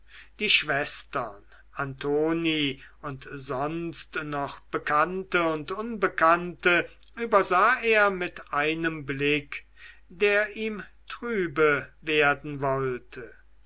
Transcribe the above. die schwestern antoni und sonst noch bekannte und unbekannte übersah er mit einem blick der ihm trübe werden wollte